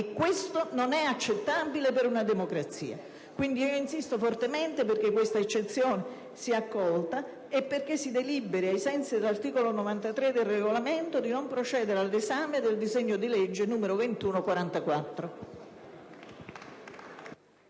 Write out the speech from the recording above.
e ciò non è accettabile per una democrazia. Quindi, insisto fortemente perché questa pregiudiziale sia accolta e perché si deliberi ai sensi dell'articolo 93 del Regolamento del Senato di non procedere all'esame del disegno di legge n. 2144.